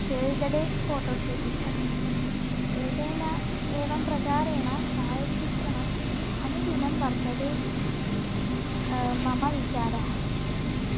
cell the date photo shooting अस्ति एतेन एवं प्रकारेण छायाचित्रणम् अनुदिनं वर्धते इति मम विचारः